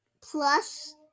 plus